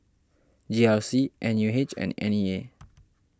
G R C N U H and N E A